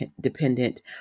dependent